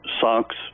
socks